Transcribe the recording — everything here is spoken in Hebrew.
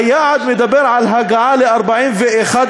היעד מדבר על הגעה ל-41%,